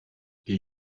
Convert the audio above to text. geh